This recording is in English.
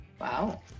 Wow